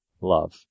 love